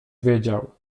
wiedział